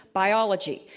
biology.